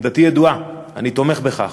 עמדתי ידועה, אני תומך בכך.